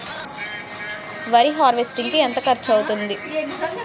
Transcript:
వరి హార్వెస్టింగ్ కి ఎంత ఖర్చు అవుతుంది?